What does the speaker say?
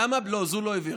זו עוד לא העבירה.